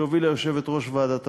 שהובילה יושבת-ראש ועדת הפנים.